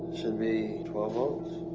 should be twelve volts.